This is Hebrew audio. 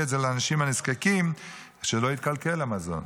את זה לאנשים הנזקקים לא יתקלקל המזון.